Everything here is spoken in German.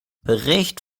bericht